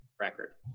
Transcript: record